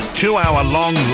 two-hour-long